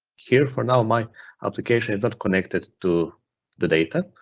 here for now, my application is not connected to the data,